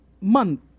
month